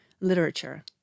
literature